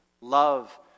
love